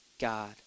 God